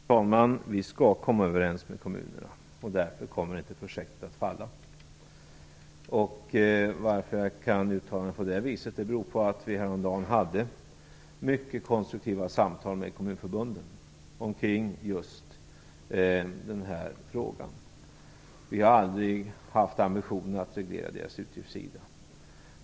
Herr talman! Vi skall komma överens med kommunerna. Därför kommer projektet inte att falla. Anledningen till att jag kan uttala mig på det viset är att vi häromdagen hade mycket konstruktiva samtal med kommunförbunden omkring den här frågan. Vi har aldrig haft ambitionen att reglera kommunernas utgiftssida.